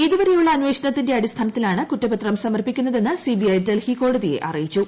ഇതുവരെയുള്ള അന്വേഷണത്തിന്റെ അടിസ്ഥാനത്തിലാണ് കുറ്റപത്രം സമർപ്പിക്കുന്നതെന്ന് സിബിഐ ഡൽഫ്പി ക്ടോടതിയെ അറിയിച്ചു